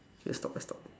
let's stop let's stop